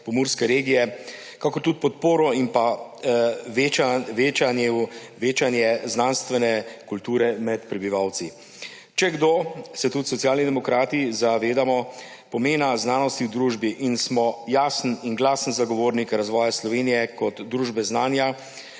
pomurske regije, kakor tudi podporo in večanje znanstvene kulture med prebivalci. Če kdo, se tudi Socialni demokrati zavedamo pomena znanosti v družbi in smo jasen in glasen zagovornik razvoja Slovenije kot družbe znanja